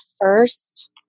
first